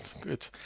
Good